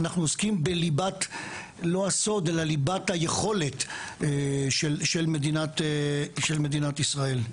אנחנו עוסקים בליבת היכולת של מדינת ישראל.